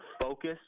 focus